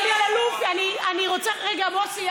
אלי אלאלוף, אני רוצה, מירב, רגע, מוסי.